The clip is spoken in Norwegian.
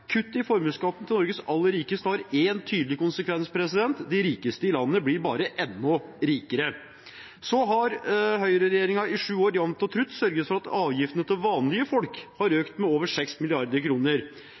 Kutt i formuesskatten til Norges aller rikeste har én tydelig konsekvens: De rikeste i landet blir bare enda rikere. Høyreregjeringen har i sju år jevnt og trutt sørget for at avgiftene til vanlige folk har